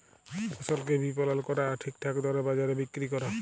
ফসলকে বিপলল ক্যরা আর ঠিকঠাক দরে বাজারে বিক্কিরি ক্যরা